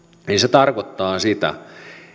tarkoittaa se sitä